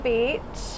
Beach